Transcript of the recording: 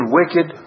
wicked